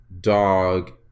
dog